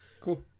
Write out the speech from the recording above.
Cool